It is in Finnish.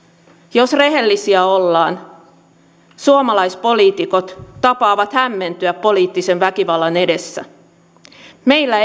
jos rehellisiä ollaan suomalaispoliitikot tapaavat hämmentyä poliittisen väkivallan edessä meillä